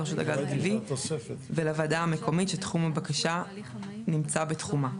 לרשות הגז הטבעי ולוועדה המקומית שתחום הבקשה נמצא בתחומה.